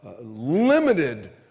limited